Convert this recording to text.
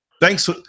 Thanks